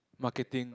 marketing